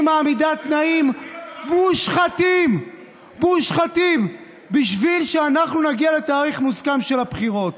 היא מעמידה תנאים מושחתים בשביל שאנחנו נגיע לתאריך מוסכם של הבחירות.